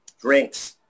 drinks